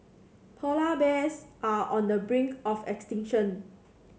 polar bears are on the brink of extinction